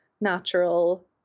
natural